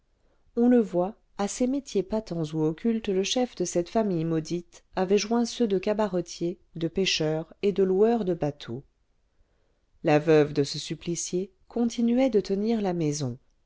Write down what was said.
on le voit à ses métiers patents ou occultes le chef de cette famille maudite avait joint ceux de cabaretier de pêcheur et de loueur de bateaux la veuve de ce supplicié continuait de tenir la maison